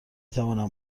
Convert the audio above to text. توانم